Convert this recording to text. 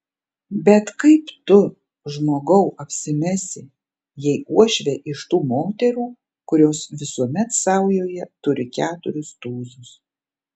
bet kaip tu žmogau apsimesi jei uošvė iš tų moterų kurios visuomet saujoje turi keturis tūzus